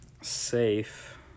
safe